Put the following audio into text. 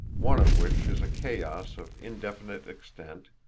one of which is a chaos of indefinite extent,